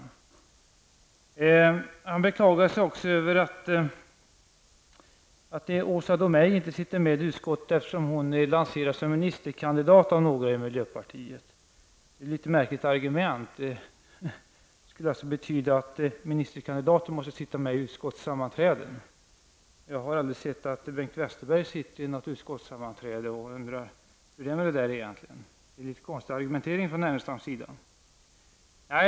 Lars Ernestam beklagar sig också över att Åsa Domeij inte sitter med i något utskott, då hon är lanserad som ministerkandidat av några i miljöpartiet. Det är ett litet märkligt argument. Det skulle betyda att ministerkandidaterna måste sitta med i utskottssammanträden. Jag har aldrig sett att Bengt Westerberg har suttit med i något utskottssammanträde. Jag undrar hur det är med detta egentligen. Det är en konstig argumentering från Lars Ernestams sida.